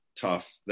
tough